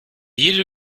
jede